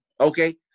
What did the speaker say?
okay